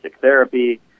therapy